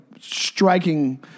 striking